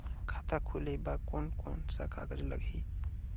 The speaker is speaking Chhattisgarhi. खाता खुले बार कोन कोन सा कागज़ लगही?